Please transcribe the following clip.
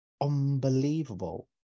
unbelievable